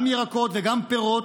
גם ירקות וגם פירות,